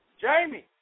Jamie